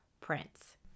prints